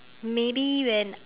maybe when